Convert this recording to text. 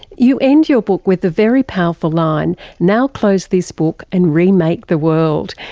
you end your book with a very powerful line now close this book and remake the world.